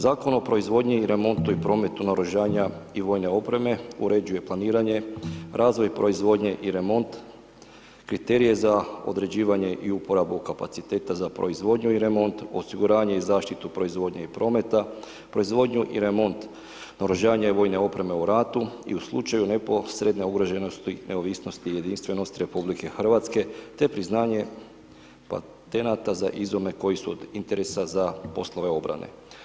Zakon o proizvodnji i remontu i prometu naoružanja i vojne opreme uređuje planiranje, razvoj proizvodnje i remont, kriterije za određivanje i uporabu kapaciteta za proizvodnju i remont, osiguranje i zaštitu proizvodnje i prometa, proizvodnju i remont naoružanja i vojne opreme u ratu i u slučaju neposredne ugroženosti neovisnosti i jedinstvenosti RH te priznanje patenata za izume koji su od interesa za poslove obrane.